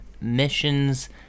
missions